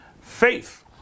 Faith